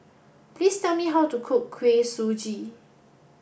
please tell me how to cook Kuih Suji